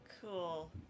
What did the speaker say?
Cool